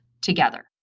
together